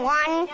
one